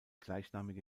gleichnamige